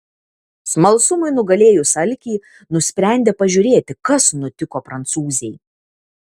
smalsumui nugalėjus alkį nusprendė pažiūrėti kas nutiko prancūzei